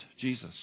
Jesus